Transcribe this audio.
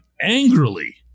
angrily